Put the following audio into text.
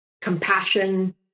compassion